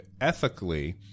ethically